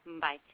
Bye